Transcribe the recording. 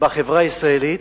בחברה הישראלית,